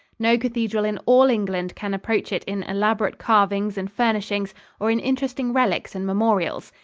no cathedral in all england can approach it in elaborate carvings and furnishings or in interesting relics and memorials.